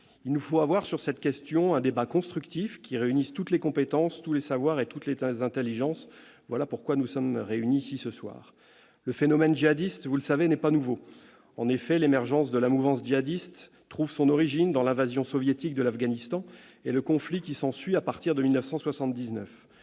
Il nous faut avoir sur cette question un débat constructif, qui réunisse toutes les compétences, tous les savoirs et toutes les intelligences. Voilà pourquoi nous sommes réunis ici ce soir. Vous le savez, le phénomène djihadiste n'est pas nouveau. En effet, l'émergence de la mouvance djihadiste trouve son origine dans l'invasion soviétique de l'Afghanistan et le conflit qui s'ensuivit, à partir de 1979.